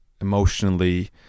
emotionally